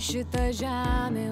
šitą žemę